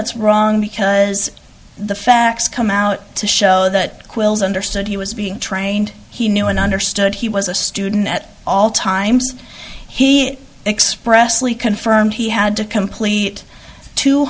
that's wrong because the facts come out to show that quills understood he was being trained he knew and understood he was a student at all times he expressed lee confirmed he had to complete two